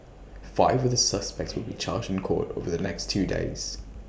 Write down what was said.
five of the suspects will be charged in court over the next two days